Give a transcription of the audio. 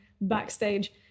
backstage